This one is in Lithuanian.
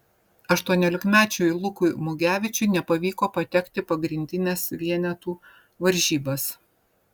aštuoniolikmečiui lukui mugevičiui nepavyko patekti pagrindines vienetų varžybas